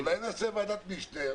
אולי נעשה ועדת משנה.